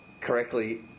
correctly